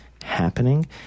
happening